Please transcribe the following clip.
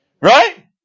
Right